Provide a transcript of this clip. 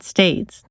States